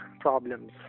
problems